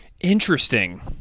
Interesting